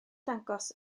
dangos